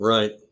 Right